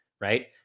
Right